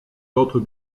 autres